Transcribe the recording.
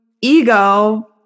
ego